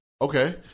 Okay